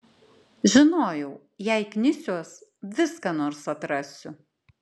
žinojau jei knisiuos vis ką nors atrasiu